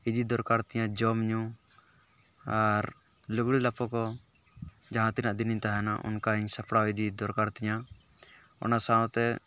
ᱤᱫᱤ ᱫᱚᱨᱠᱟᱨ ᱛᱤᱧᱟᱹ ᱡᱚᱢᱼᱧᱩ ᱟᱨ ᱞᱩᱜᱽᱲᱤᱡ ᱞᱟᱯᱚ ᱠᱚ ᱡᱟᱦᱟᱸᱛᱤᱱᱟᱹᱜ ᱫᱤᱱᱤᱧ ᱛᱟᱦᱮᱱᱟ ᱚᱱᱠᱟᱧ ᱥᱟᱯᱲᱟᱣ ᱤᱫᱤ ᱫᱚᱨᱠᱟᱨ ᱛᱤᱧᱟᱹ ᱚᱱᱟ ᱥᱟᱶᱛᱮ